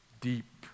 deep